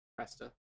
Presta